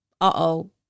uh-oh